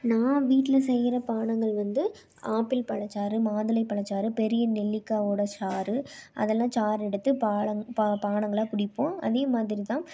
நான் வீட்டில் செய்கிற பானங்கள் வந்து ஆப்பிள் பழச்சாறு மாதுளை பழச்சாறு பெரிய நெல்லிக்காவோடய சாறு அதலான் சாறெடுத்து பாலங் பா பானங்களாக குடிப்போம் அதே மாதிரி தான்